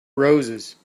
roses